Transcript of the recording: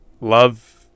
Love